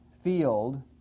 field